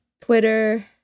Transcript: Twitter